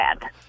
bad